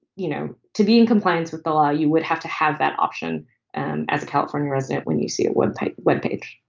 you know, to be in compliance with the law, you would have to have that option. and as a california resident, when you see it, when web page,